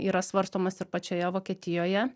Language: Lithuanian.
yra svarstomas ir pačioje vokietijoje